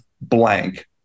blank